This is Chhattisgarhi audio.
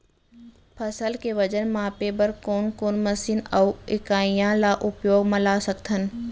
फसल के वजन मापे बर कोन कोन मशीन अऊ इकाइयां ला उपयोग मा ला सकथन?